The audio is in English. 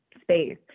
space